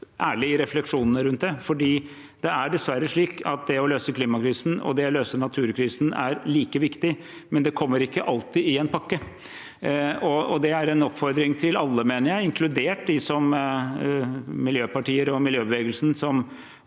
ærlig i refleksjonene rundt det. Det er dessverre slik at det å løse klimakrisen og det å løse naturkrisen er like viktig, men det kommer ikke alltid i en pakke. Det er en oppfordring til alle, inkludert miljøpartier og miljøbevegelsen, som